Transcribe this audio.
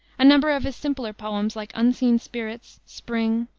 a number of his simpler poems like unseen spirits, spring,